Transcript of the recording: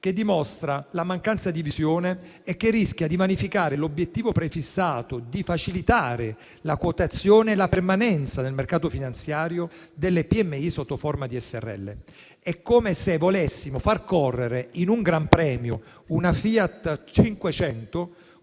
che dimostra mancanza di visione e che rischia di vanificare l'obiettivo prefissato di facilitare la quotazione e la permanenza nel mercato finanziario delle PMI sotto forma di Srl. È come se in un gran premio volessimo far correre una Fiat 500